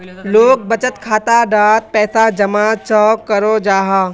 लोग बचत खाता डात पैसा जमा चाँ करो जाहा?